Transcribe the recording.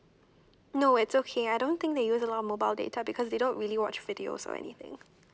no it's okay I don't think they use a lot of mobile data because they don't really watch videos or anything